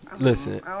Listen